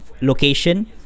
location